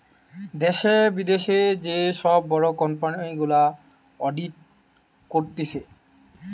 দ্যাশে, বিদ্যাশে যে সব বড় কোম্পানি গুলা অডিট করতিছে